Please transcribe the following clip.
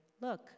Look